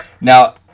now